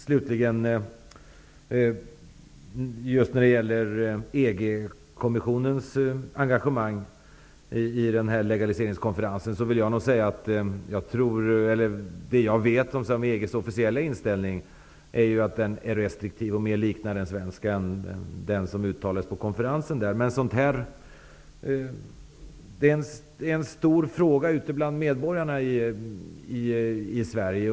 Fru talman! Slutligen när det gäller EG kommissionens engagemang i legaliseringskonferensen vet jag ju att EG:s officiella inställning är restriktiv och mer liknar den svenska än den som uttalades vid konferensen. Men det här är en stor fråga ute bland medborgarna i Sverige.